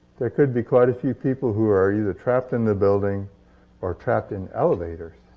there could be quite a few people who are either trapped in the building or trapped in elevators